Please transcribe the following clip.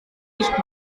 nicht